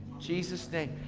jesus name.